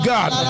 God